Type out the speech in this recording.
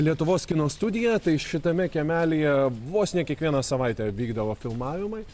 lietuvos kino studija tai šitame kiemelyje vos ne kiekvieną savaitę vykdavo filmavimai